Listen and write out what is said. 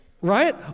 right